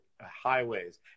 highways